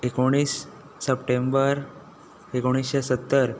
एकोणीस सप्टेंबर एकोणीशे सत्तर